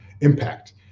impact